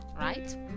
right